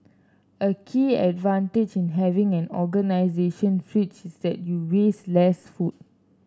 a key advantage in having an organization fridge is that you waste less food